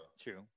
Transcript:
true